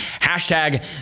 hashtag